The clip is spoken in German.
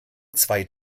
zwei